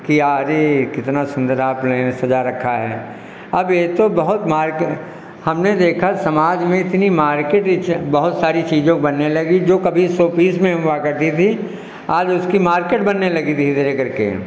कि अरे कितना सुन्दर आपने यह सजा रखा है अब यह तो बहुत मार्के हमने देखा समाज में इतनी मार्केट इससे बहुत सारी चीज़ें बनने लगी जो कभी सो पीस में हुआ करती थी आज उसकी मार्केट बनने लगी धीरे धीरे करके